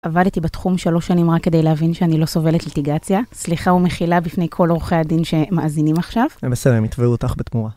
עבדתי בתחום שלוש שנים רק כדי להבין שאני לא סובלת ליטיגציה. סליחה ומחילה בפני כל עורכי הדין שמאזינים עכשיו. הם בסדר, הם יתבעו אותך בתמורה.